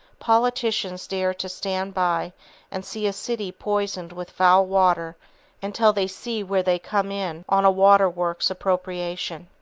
politicians dare to stand by and see a city poisoned with foul water until they see where they come in on a water-works appropriation.